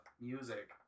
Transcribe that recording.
music